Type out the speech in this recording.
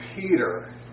Peter